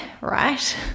right